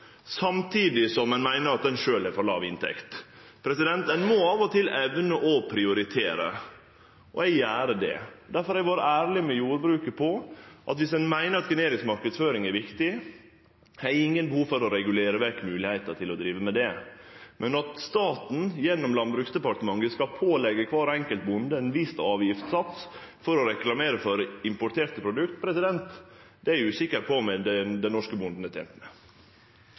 samtidig som dei meiner at dei sjølve har for låg inntekt. Ein må av og til evne å prioritere, og eg gjer det. Difor har eg vore ærleg med jordbruket om at viss ein meiner at generisk marknadsføring er viktig, har eg ikkje behov for å regulere vekk moglegheita til å drive med det. Men at staten gjennom Landbruksdepartementet skal påleggje kvar enkelt bonde ein viss avgiftssatssats for å reklamere for importerte produkt, er eg usikker på om den norske bonden er